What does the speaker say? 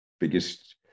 biggest